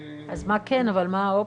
אז מה כן, מה האופציות?